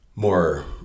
more